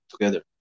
together